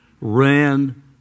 ran